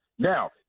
Now